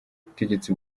ubutegetsi